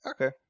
Okay